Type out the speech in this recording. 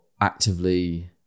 actively